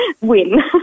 win